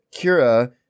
Kira